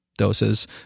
doses